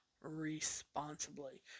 responsibly